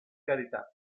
carità